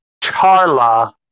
charla